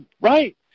right